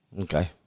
Okay